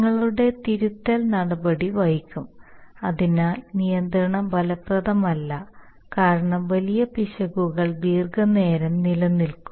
നിങ്ങളുടെ തിരുത്തൽ നടപടി വൈകും അതിനാൽ നിയന്ത്രണം ഫലപ്രദമല്ല കാരണം വലിയ പിശകുകൾ ദീർഘനേരം നിലനിൽക്കും